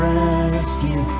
rescue